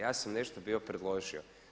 Ja sam nešto bio predložio.